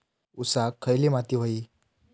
ऊसाक खयली माती व्हयी?